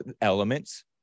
elements